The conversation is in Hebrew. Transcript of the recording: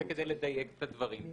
זה כדי לדייק את הדברים.